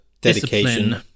dedication